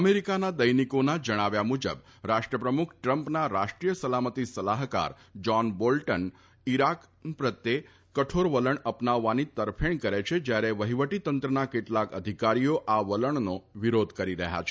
અમેરિકાના દૈનિકોના જણાવ્યા મુજબ રાષ્ટ્રપ્રમુખ ટ્રમ્પના રાષ્ટ્રીય સલામતી સલાફકાર જાન બોલ્ટન ઈરાન પ્રત્યે કઠોર વલણ અપનાવવાની તરફેણ કરે છે જ્યારે વહિવટીતંત્રના કેટલાક અધિકારીઓ આ વલણનો વિરોધ કરી રહ્યા છે